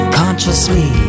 consciously